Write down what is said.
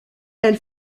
elle